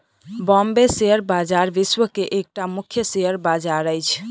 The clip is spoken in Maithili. बॉम्बे शेयर बजार विश्व के एकटा मुख्य शेयर बजार अछि